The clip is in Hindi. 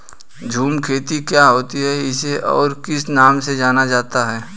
झूम खेती क्या होती है इसे और किस नाम से जाना जाता है?